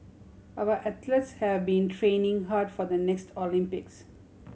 our athletes have been training hard for the next Olympics